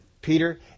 Peter